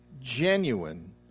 genuine